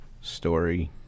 story